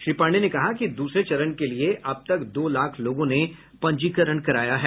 श्री पांडेय ने कहा कि दूसरे चरण के लिये अब तक दो लाख लोगों ने पंजीकरण कराया है